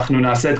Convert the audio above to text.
אז אעזור לך,